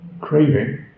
craving